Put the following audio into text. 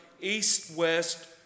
east-west